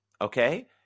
Okay